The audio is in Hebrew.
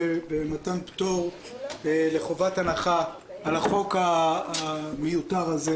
מתן פטור מחובת הנחה על החוק המיותר הזה.